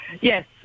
Yes